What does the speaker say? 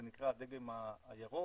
זה נקרא הדגם הירוק,